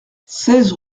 seize